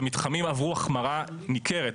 המתחמים עברו החמרה ניכרת.